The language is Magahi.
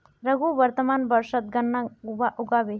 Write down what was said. रघु वर्तमान वर्षत गन्ना उगाबे